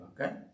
okay